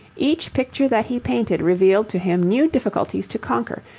each picture that he painted revealed to him new difficulties to conquer,